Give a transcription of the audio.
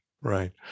right